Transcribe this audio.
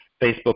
Facebook